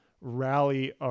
rally